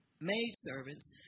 maidservants